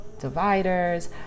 dividers